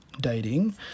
dating